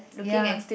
ya